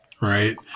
Right